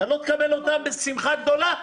לא תקבל אותם בשמחה גדולה?